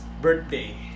birthday